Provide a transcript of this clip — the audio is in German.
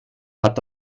hat